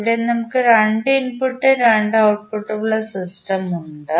ഇവിടെ നമുക്ക് 2 ഇൻപുട്ടും 2 ഔട്ട്പുട്ട് സിസ്റ്റം മുണ്ട്